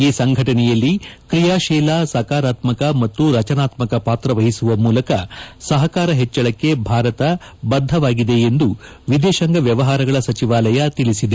ಈ ಸಂಘಟನೆಯಲ್ಲಿ ಕ್ರಿಯಾಶೀಲ ಸಕಾರಾತ್ಗಕ ಮತ್ತು ರಚನಾತ್ಗಕ ಪಾತ್ರ ವಹಿಸುವ ಮೂಲಕ ಸಹಕಾರ ಹೆಚ್ಚಳಕ್ಷೆ ಭಾರತ ಬದ್ದವಾಗಿದೆ ಎಂದು ವಿದೇತಾಂಗ ವ್ಚವಹಾರಗಳ ಸಚಿವಾಲಯ ತಿಳಿಸಿದೆ